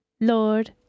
Lord